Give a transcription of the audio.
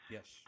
Yes